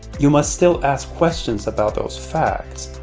you must still ask questions about those facts.